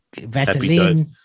Vaseline